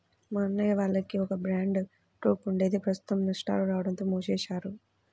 మా అన్నయ్య వాళ్లకి ఒక బ్యాండ్ ట్రూప్ ఉండేది ప్రస్తుతం నష్టాలు రాడంతో మూసివేశారు